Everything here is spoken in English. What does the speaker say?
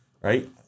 right